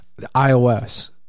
ios